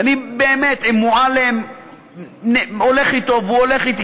ואני באמת הולך עם מועלם והוא הולך אתי,